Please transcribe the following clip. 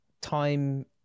time